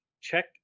check